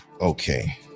okay